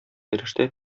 фәрештә